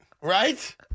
Right